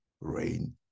rain